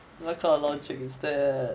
what kind of logic is the